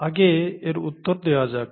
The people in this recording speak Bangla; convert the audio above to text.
আগে এর উত্তর দেওয়া যাক